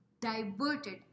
diverted